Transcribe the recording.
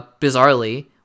bizarrely